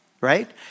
right